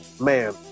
man